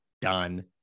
done